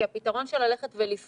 כי הפתרון של ללכת ולסגור